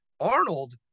arnold